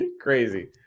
Crazy